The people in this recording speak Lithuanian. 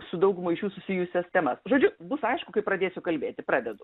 su dauguma iš jų susijusias temas žodžiu bus aišku kai pradėsiu kalbėti pradedu